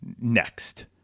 next